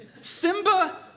Simba